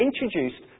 introduced